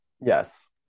Yes